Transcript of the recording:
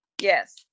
Yes